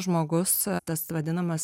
žmogus tas vadinamas